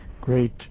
great